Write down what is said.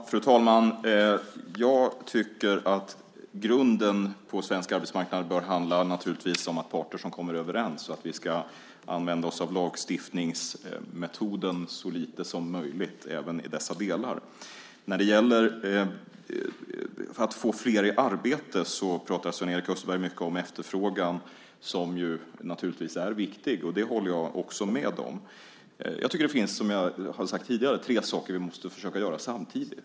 Fru talman! Jag tycker naturligtvis att grunden på svensk arbetsmarknad bör vara att parter kommer överens och att vi ska använda oss av lagstiftningsmetoden så lite som möjligt även i dessa delar. När det gäller att få fler i arbete pratar Sven-Erik Österberg mycket om efterfrågan, som naturligtvis är viktig. Det håller jag också med om. Jag tycker att det finns, som jag har sagt tidigare, tre saker vi måste försöka göra samtidigt.